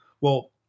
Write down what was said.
well-